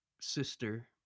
sister